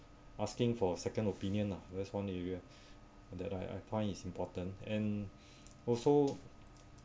asking for a second opinion lah that's one area that I I point is important and also